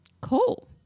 Cool